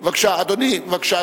בבקשה, אדוני.